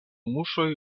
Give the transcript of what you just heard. muŝoj